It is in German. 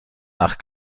nach